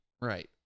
right